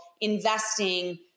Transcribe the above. investing